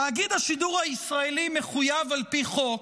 תאגיד השידור הישראלי מחויב על פי חוק,